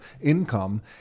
income